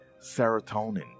serotonin